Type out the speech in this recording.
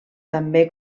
també